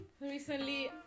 recently